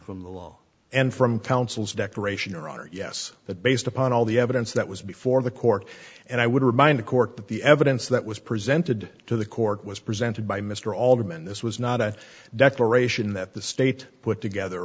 from the law and from counsel's decoration your honor yes that based upon all the evidence that was before the court and i would remind the court that the evidence that was presented to the court was presented by mr alderman this was not a declaration that the state put together